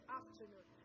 afternoon